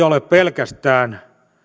ole pelkästään